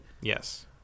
yes